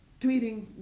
tweeting